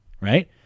right